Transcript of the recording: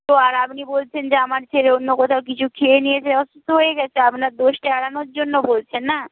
তো আর আপনি বলছেন যে আমার ছেলে অন্য কোথাও কিছু খেয়ে নিয়েছে অসুস্থ হয়ে গেছে আপনার দোষকে এড়ানোর জন্য বলছেন না